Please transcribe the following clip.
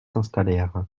s’installèrent